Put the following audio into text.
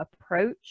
approach